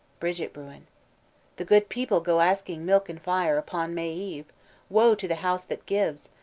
bridget bruin the good people go asking milk and fire upon may eve woe to the house that gives,